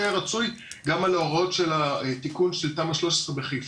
שהיה רצוי גם על ההוראות של תיקון של תמ"א 13 בחיפה,